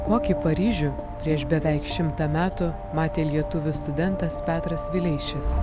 kokį paryžių prieš beveik šimtą metų matė lietuvis studentas petras vileišis